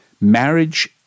Marriage